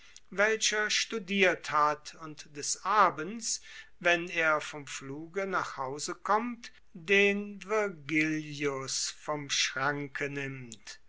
welcher studiert hat und des abends wenn er vom pfluge nach hause kommt den virgilius vom schranke nimmt